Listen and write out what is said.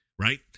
right